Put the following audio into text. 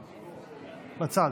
קצר.